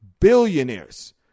billionaires